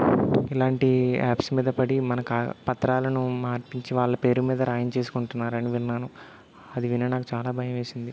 ఇలాంటి యాప్స్ మీద పడి మనకు ఆ పత్రాలను మార్పించి వాళ్ళ పేరు మీద రాయించేసుకుంటున్నారని విన్నాను అది విని నాకు చాలా భయమేసింది